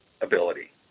ability